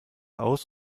aus